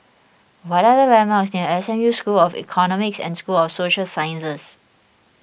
what are the landmarks near S M U School of Economics and School of Social Sciences